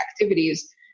activities